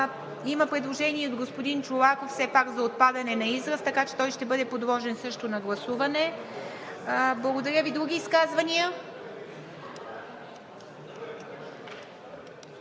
Има предложение и от господин Чолаков за отпадане на израз, така че той ще бъде подложен също на гласуване. Други изказвания?